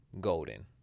Golden